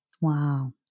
Wow